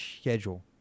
schedule